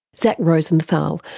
zach rosenthal,